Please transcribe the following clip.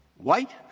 white,